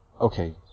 Okay